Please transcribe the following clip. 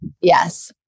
Yes